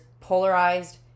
polarized